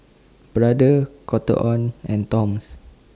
Brother Cotton on and Toms